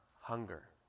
hunger